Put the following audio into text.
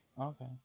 Okay